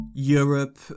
Europe